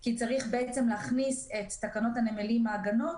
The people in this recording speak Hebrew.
כי צריך להכניס את תקנות הנמלים (מעגנות)